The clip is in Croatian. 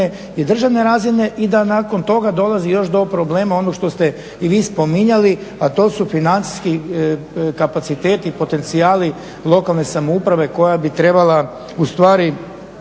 i državne razine i da nakon toga dolazi još do problema onog što ste i vi spominjali, a to su financijski kapaciteti i potencijali lokalne samouprave koja bi trebala ustvari